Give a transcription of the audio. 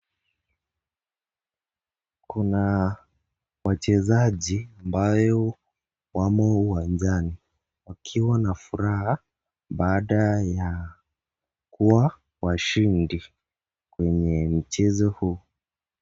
Kuna wachezaji ambayo wamo uwanjani akiwa na furaha baada ya kuwa washindi kwenye mchezo huu.